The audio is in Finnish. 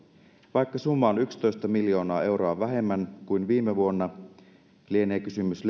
vaikka summa on yksitoista miljoonaa euroa vähemmän kuin viime vuonna ei liene